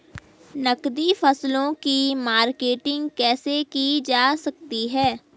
नकदी फसलों की मार्केटिंग कैसे की जा सकती है?